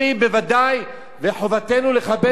חובתנו לכבד את הדתות האחרות,